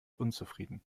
unzufrieden